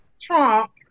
Trump